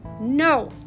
no